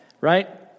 right